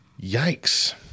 Yikes